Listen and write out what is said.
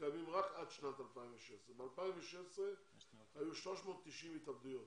קיימים רק עד שנת 2016. ב-2016 היו 390 התאבדויות,